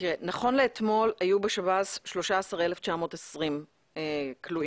נכון לאתמול היו בשב"ס 13,920 כלואים.